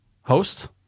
host